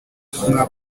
mwa